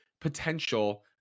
potential